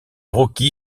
rocky